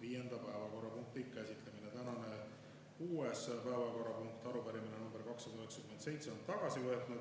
viienda päevakorrapunkti käsitlemise. Tänane kuues päevakorrapunkt, arupärimine nr 297 on tagasi võetud.